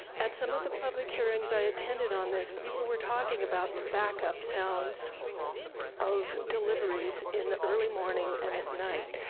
at some of the public hearings i attended on this, people were talking about the backup sounds of deliveries in the early morning and at night.